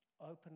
Open